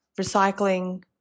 Recycling